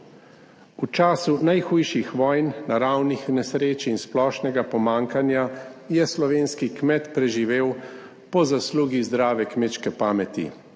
V času najhujših vojn, naravnih nesreč in splošnega pomanjkanja je slovenski kmet preživel po zaslugi zdrave kmečke pameti.